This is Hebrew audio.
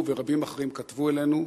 הוא ורבים אחרים כתבו אלינו,